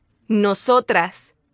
Nosotras